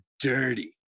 dirty